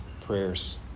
prayers